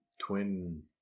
twin